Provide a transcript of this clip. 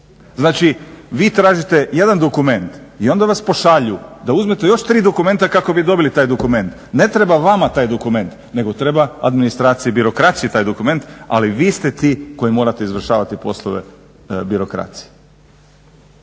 Znači vi tražite jedan dokument i onda vas pošalju da uzmete još tri dokumenta kako bi dobili taj dokument. Ne treba vama taj dokument, nego treba administraciji, birokraciji taj dokument ali vi ste ti koji morate izvršavati poslove birokracije.